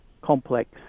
complex